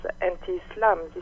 anti-Islam